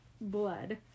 blood